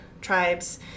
tribes